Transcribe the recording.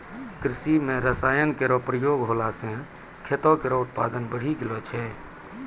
कृषि म रसायन केरो प्रयोग होला सँ खेतो केरो उत्पादन बढ़ी गेलो छै